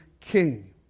king